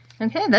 Okay